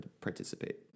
participate